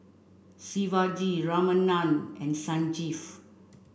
Shivaji Ramanand and Sanjeev